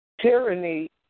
tyranny